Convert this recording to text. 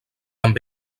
amb